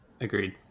Agreed